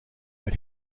but